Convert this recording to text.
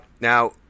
Now